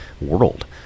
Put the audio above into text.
world